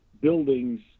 buildings